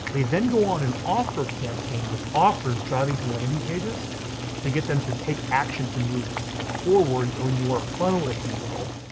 they then go on an offer campaign with offers driving to landing pages to get them to take action to move forward on your funnel if you will,